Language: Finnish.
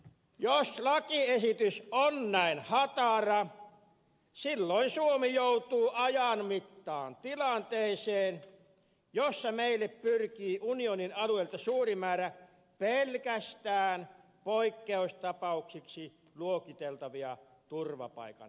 jos lakiesitys on näin hatara silloin suomi joutuu ajan mittaan tilanteeseen jossa meille pyrkii unionin alueelta suuri määrä pelkästään poikkeustapauksiksi luokiteltavia turvapaikanhakijoita